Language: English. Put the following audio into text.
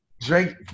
drink